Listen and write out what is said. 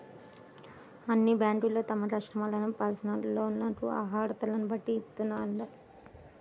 అన్ని బ్యేంకులూ తమ కస్టమర్లకు పర్సనల్ లోన్లను అర్హతలను బట్టి ఇత్తన్నాయి